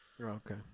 okay